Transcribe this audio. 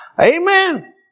Amen